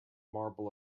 marble